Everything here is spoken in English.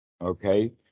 Okay